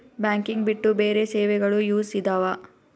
Banking ಬಿಟ್ಟು ಬೇರೆ ಸೇವೆಗಳು ಯೂಸ್ ಇದಾವ?